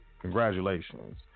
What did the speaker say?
congratulations